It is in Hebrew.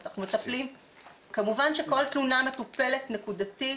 כמובן שכל תלונה מטופלת נקודתית.